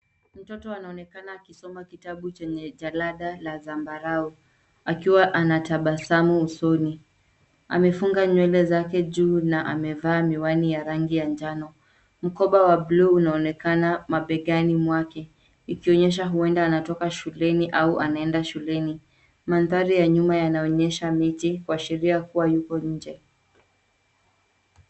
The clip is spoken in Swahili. Mtoto anaonekana akisoma kitabu chenye jalada la zambarau akiwa anatabasamu usoni. Amefunga nywele zake juu na amevaa miwani ya rangi ya njano. Mkoba wa blue unaonekana mabegani mwake ikionyesha huenda anatoka shuleni au anaenda shuleni. Mandhari ya nyuma yanaonyesha miti kuashiria kuwa yupo nje.